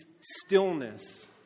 stillness